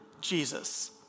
Jesus